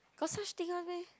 got such thing [one] meh